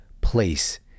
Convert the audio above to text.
place